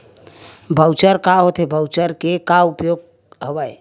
Voucher का होथे voucher के का उपयोग हवय?